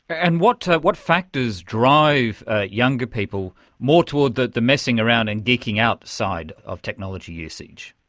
and what what factors drive younger people more towards the the messing around and geeking out side of technology usage?